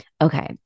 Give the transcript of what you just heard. Okay